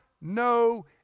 no